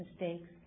mistakes